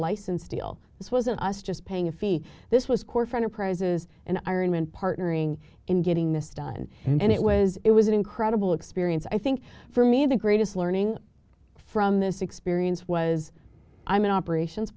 license deal this wasn't us just paying a fee this was core front of prizes and ironman partnering and getting this done and it was it was an incredible experience i think for me the greatest learning from this experience was i'm an operations